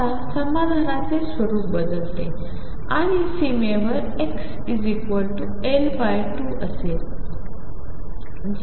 आता समाधानाचे स्वरूप बदलते आणि सीमेवर xL2